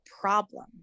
problem